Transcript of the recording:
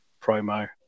promo